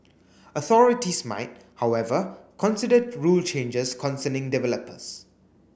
authorities might however consider rule changes concerning developers